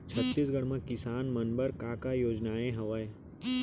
छत्तीसगढ़ म किसान मन बर का का योजनाएं हवय?